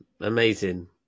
Amazing